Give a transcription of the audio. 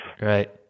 right